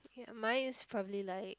mine is probably like